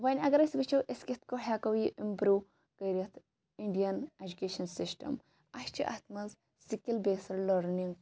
وۄنۍ اَگَر أسۍ وٕچھو أسۍ کِتھ پٲٹھۍ ہیٚکو یہِ اِمپروٗ کٔرِتھ اِنڈیِن ایٚجُکیشَن سَسٹَم اَسہِ چھُ اتھ مَنٛز سکل بیسٕڈ لٔرنِنٛگ